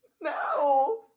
no